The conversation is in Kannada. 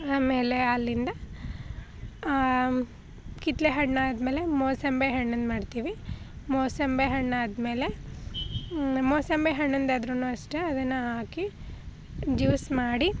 ಆಮೇಲೆ ಅಲ್ಲಿಂದ ಕಿತ್ತಳೆ ಹಣ್ಣು ಆದಮೇಲೆ ಮೋಸಂಬಿ ಹಣ್ಣನ್ನು ಮಾಡ್ತೀವಿ ಮೋಸಂಬಿ ಹಣ್ಣು ಆದಮೇಲೆ ಮೋಸಂಬಿ ಹಣ್ಣಿಂದಾದ್ರೂ ಅಷ್ಟೇ ಅದನ್ನು ಹಾಕಿ ಜ್ಯೂಸ್ ಮಾಡಿ